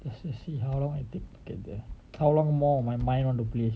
I see I see how long I take to get there how long more my mind want to play